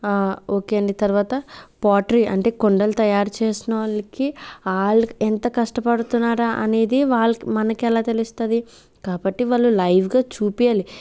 okay అండి తర్వాత pottery అంటే కుండలు తయారు చేస్తున్న వాళ్ళకి వాళ్ళు ఎంత కష్టపడుతున్నారా అనేది వాళ్ళకి మన మనకెలా తెలుస్తుంది కాబట్టి వాళ్ళు లైవ్గా చూపియ్యాలి